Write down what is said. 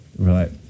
Right